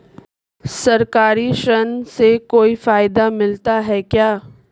सरकारी ऋण से कोई फायदा मिलता है क्या?